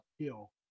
uphill